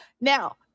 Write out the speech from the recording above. now